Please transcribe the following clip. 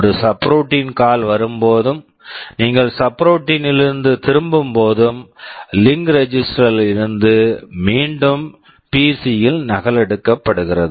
ஒரு subroutine subroutine call call வரும்போதும் நீங்கள் சப்ரூட்டின் subroutine லிருந்து திரும்பும் போதும் லிங்க் ரெஜிஸ்டர் link register ல் இருந்து மீண்டும் பிசி PC யில் நகலெடுக்கப்படுகிறது